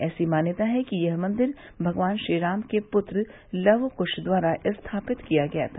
ऐसी मान्यता है कि यह मंदिर भगवान श्रीराम के पुत्र लव कुश द्वारा स्थापित किया गया था